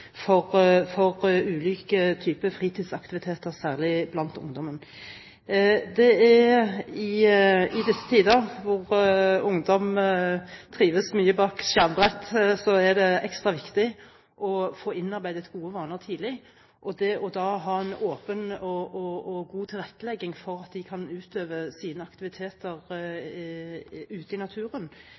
for ulike typer fritidsaktiviteter, særlig for ungdommen. Det er i disse tider, hvor ungdom trives mye bak skjermer, ekstra viktig å få innarbeidet gode vaner tidlig, og da må man ha en åpen og god tilrettelegging for at de skal kunne utøve sine aktiviteter ute i naturen.